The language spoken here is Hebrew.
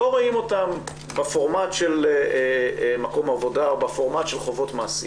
לא רואים אותם בפורמט של מקום עבודה או בפורמט של חובות מעסיק,